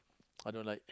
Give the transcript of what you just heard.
I don't like